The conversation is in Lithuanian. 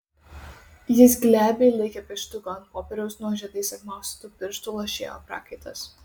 jis glebiai laikė pieštuką ant popieriaus nuo žiedais apmaustytų pirštų lašėjo prakaitas